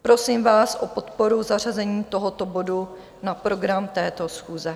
Prosím vás o podporu zařazení tohoto bodu na program této schůze.